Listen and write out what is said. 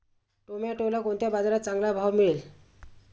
टोमॅटोला कोणत्या बाजारात चांगला भाव मिळेल?